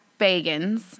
Bagans